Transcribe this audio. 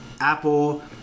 Apple